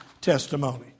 testimony